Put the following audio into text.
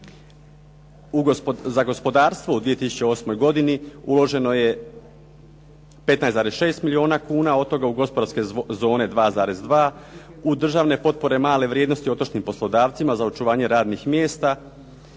Za gospodarstvo u 2008. godini uloženo je 15,6 milijuna kuna, od toga u gospodarske zove 2,2, u državne potpore male vrijednosti otočnim poslodavcima za očuvanje radnih mjesta,